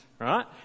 right